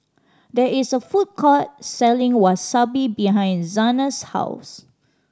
there is a food court selling Wasabi behind Zana's house